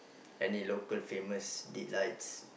any local famous delights